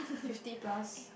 fifty plus